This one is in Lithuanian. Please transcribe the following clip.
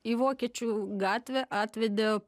į vokiečių gatvę atvedė